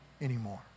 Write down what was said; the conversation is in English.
anymore